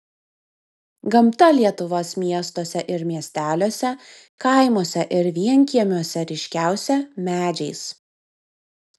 gamta lietuvos miestuose ir miesteliuose kaimuose ir vienkiemiuose ryškiausia medžiais